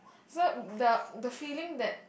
so the the feeling that